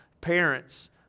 parents